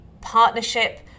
partnership